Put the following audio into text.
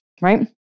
right